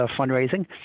fundraising